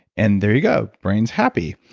and there you go. brain is happy.